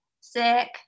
Sick